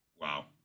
Wow